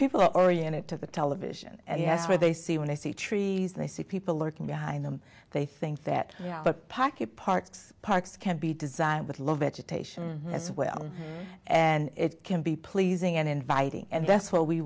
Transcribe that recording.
people oriented to the television as what they see when they see trees they see people lurking behind them they think that the pocket parks parks can be designed with low vegetation as well and it can be pleasing and inviting and that's what we